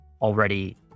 already